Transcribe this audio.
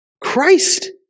Christ